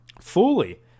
fully